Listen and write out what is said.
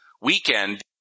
weekend